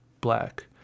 black